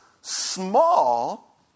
small